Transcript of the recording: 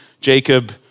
Jacob